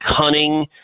cunning